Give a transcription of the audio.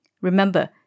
Remember